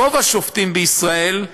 רוב השופטים בישראל,